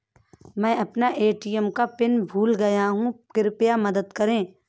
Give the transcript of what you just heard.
मै अपना ए.टी.एम का पिन भूल गया कृपया मदद करें